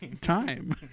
time